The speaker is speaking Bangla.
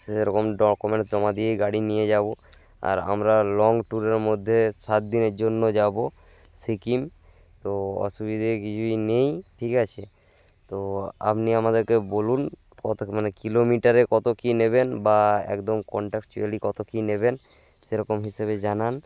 সেরকম ডকুমেন্টস জমা দিয়েই গাড়ি নিয়ে যাব আর আমরা লং ট্যুরের মধ্যে সাত দিনের জন্য যাবো সিকিম তো অসুবিধে কিছুই নেই ঠিক আছে তো আপনি আমাদেরকে বলুন কত মানে কিলোমিটারে কত কী নেবেন বা একদম কন্ট্রাক্টচুয়্যালি কত কী নেবেন সেরকম হিসেবে জানান